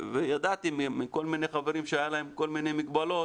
וידעתי מכל מיני חברים שהיו להם כל מיני מגבלות